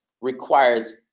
requires